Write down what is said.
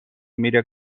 میره